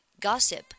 Gossip